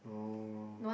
oh